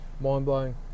mind-blowing